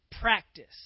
practice